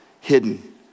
hidden